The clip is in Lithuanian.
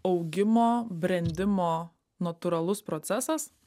augimo brendimo natūralus procesas